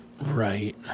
Right